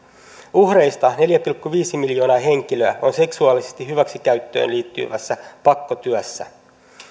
uhreista neljä pilkku viisi miljoonaa henkilöä on seksuaaliseen hyväksikäyttöön liittyvässä pakkotyössä